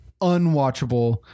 unwatchable